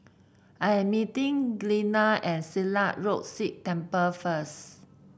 I am meeting Glenna at Silat Road Sikh Temple first